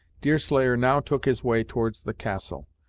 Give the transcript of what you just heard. deerslayer now took his way towards the castle,